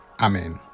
amen